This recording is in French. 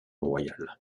royales